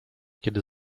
kiedy